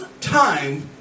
time